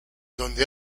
donde